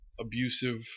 abusive